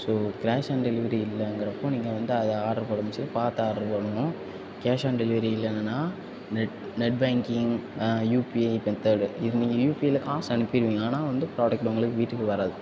so cash on delivery இல்லங்குறப்போ நீங்கள் வந்து அதை ஆர்டர் போட முடிஞ்சால் பார்த்து ஆர்டர் போடணும் கேஷ் ஆன் டெலிவரி இல்லைன்னா net net banking UPI method இது நீங்கள் யுபிஐயில காசு அனுப்பிடுவீங்க ஆனால் வந்து ப்ராடக்ட் உங்களுக்கு வீட்டுக்கு வராது